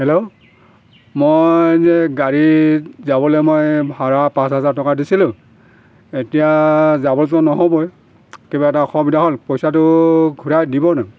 hello মই যে গাড়ী যাবলৈ মই ভাড়া পাঁচ হাজাৰ টকা দিছিলোঁ এতিয়া যাবচোন নহ'বই কিবা এটা অসুবিধা হ'ল পইচাটো ঘূৰাই দিবনে